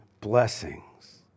blessings